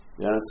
Yes